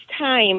time